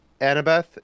Annabeth